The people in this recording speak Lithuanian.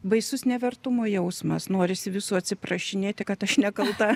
baisus nevertumo jausmas norisi visų atsiprašinėti kad aš nekalta